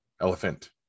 Elephant